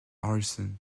harrison